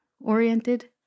oriented